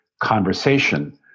conversation